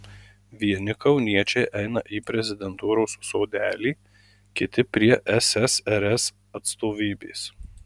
vieni kauniečiai eina į prezidentūros sodelį kiti prie ssrs atstovybės